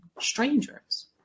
strangers